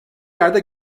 yerde